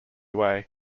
way